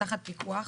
תחת פיקוח,